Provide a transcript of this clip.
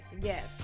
yes